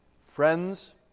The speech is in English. friends